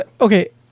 okay